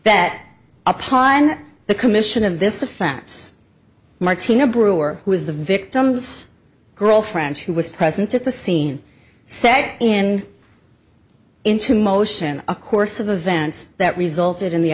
that upon the commission of this offense martina brewer who is the victim's girlfriend who was present at the scene said in into motion a course of events that resulted in the